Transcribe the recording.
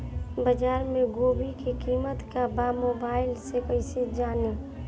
बाजार में गोभी के कीमत का बा मोबाइल से कइसे जानी?